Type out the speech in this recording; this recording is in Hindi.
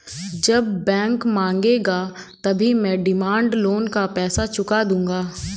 जब बैंक मांगेगा तभी मैं डिमांड लोन का पैसा चुका दूंगा